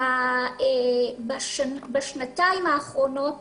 בשנתיים האחרונות